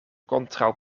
kontraŭ